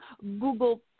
Google